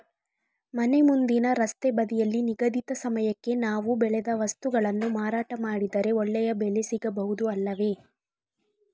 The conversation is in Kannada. ಮನೆ ಮುಂದಿನ ರಸ್ತೆ ಬದಿಯಲ್ಲಿ ನಿಗದಿತ ಸಮಯಕ್ಕೆ ನಾವು ಬೆಳೆದ ವಸ್ತುಗಳನ್ನು ಮಾರಾಟ ಮಾಡಿದರೆ ಒಳ್ಳೆಯ ಬೆಲೆ ಸಿಗಬಹುದು ಅಲ್ಲವೇ?